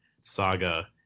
saga